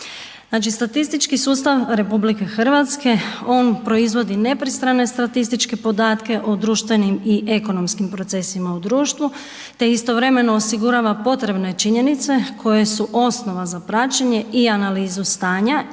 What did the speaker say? statistički sustav RH on proizvodi nepristrane statističke podatke o društvenim i ekonomskim procesima u društvu, te istovremeno osigurava potrebne činjenice koje su osnova za praćenje i analizu stanja